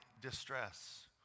distress